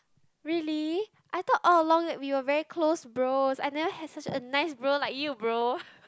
really I thought all along we were very close bros I never had such a nice bro like you bro